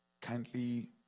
kindly